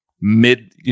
mid